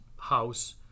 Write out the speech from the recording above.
house